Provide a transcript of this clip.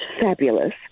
fabulous